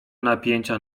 napięcia